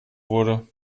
wurde